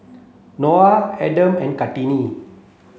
Noah Adam and Kartini